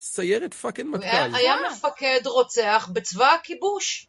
סיירת פאקינג מטכ"ל. היה מפקד רוצח בצבא הכיבוש.